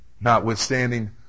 notwithstanding